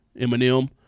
Eminem